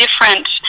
different